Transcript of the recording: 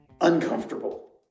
uncomfortable